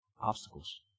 obstacles